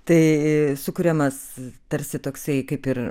tai sukuriamas tarsi toksai kaip ir